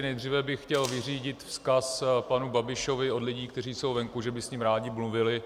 Nejdříve bych chtěl vyřídit vzkaz panu Babišovi od lidí, kteří jsou venku, že by s ním rádi mluvili.